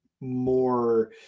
more